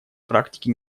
практике